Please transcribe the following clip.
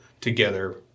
together